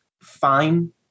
fine